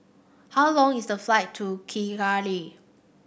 how long is the flight to Kigali